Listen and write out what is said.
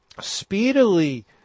speedily